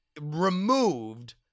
removed